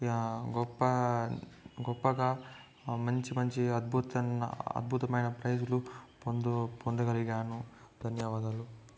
గొప్పా గొప్పగా మంచి మంచి అద్భుత అధ్బుతమైన ప్రైజ్లు పొందు పొందగలిగాను ధన్యవాదాలు